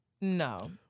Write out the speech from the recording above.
No